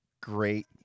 great